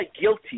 guilty